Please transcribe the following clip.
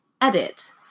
edit